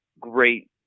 great